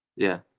yeah,